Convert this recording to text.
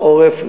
לעורף,